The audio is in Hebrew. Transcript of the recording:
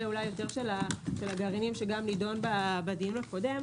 יותר של הגרעינים שגם נדון בדיון הקודם.